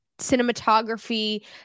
cinematography